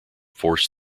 forced